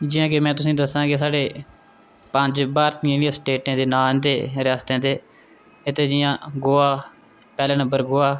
जि'यां की में तुसें ई दस्सां की साढ़े पंज भारती जेह्ड़े स्टेटें दे नांऽ न ते रस्ते ते जि'यां गोआ पैह्ले नंबर गोआ